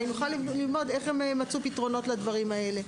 ונראה איך הם מצאו פתרונות לדברים האלה.